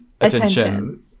Attention